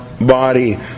body